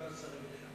יפה שתיקה לשרים.